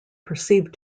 perceived